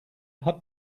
hat